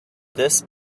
this